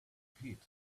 pit